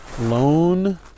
Loan